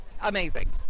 amazing